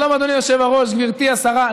שלום, אדוני היושב-ראש, גברתי השרה.